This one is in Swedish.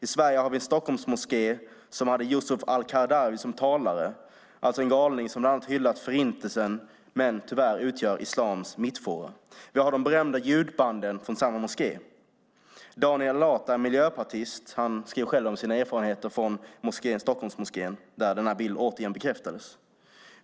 I Sverige har vi Stockholms moské, som hade Yusuf al-Qaradawi som talare, en galning som bland annat hyllat Förintelsen men tyvärr utgör islams mittfåra. Vi har de berömda ljudbanden från samma moské. Daniel Alata, en miljöpartist, har själv skrivit om sina erfarenheter från Stockholms moské och återigen bekräftat denna bild.